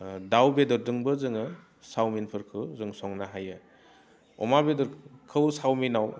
दाउ बेदरजोंबो जोङो चावमिनफोरखौ जों संनो हायो अमा बेदरखौ चावमिनाव